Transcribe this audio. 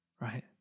Right